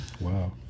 wow